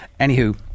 Anywho